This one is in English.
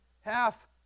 half